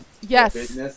Yes